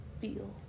feel